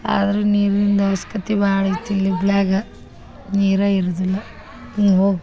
ಆದ್ರೆ ನೀರಿಂದು ಅವಶ್ಕತೆ ಭಾಳ ಐತೆ ಇಲ್ಲಿ ಹುಬ್ಳಿಯಾಗ ನೀರೇ ಇರುವುದಿಲ್ಲ ನೀ ಹೋಗಿ